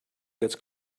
gets